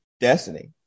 destiny